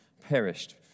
perished